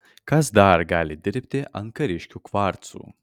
kas dar gali dirbti ant kariškių kvarcų